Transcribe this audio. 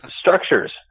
structures